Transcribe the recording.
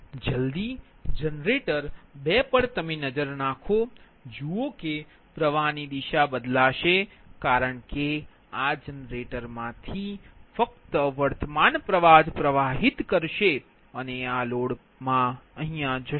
જલ્દી જનરેટર 2 પર નજર નાખો જુઓ કે પ્રવાહ ની દિશા બદલાશે કારણ કે આ જનરેટરમાંથી ફક્ત વર્તમાન પ્ર્વાહ જ પ્રવાહિત થશે અને આ લોડ માં જશે